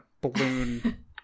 balloon